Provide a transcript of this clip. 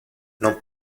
non